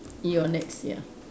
you're next ya